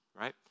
Right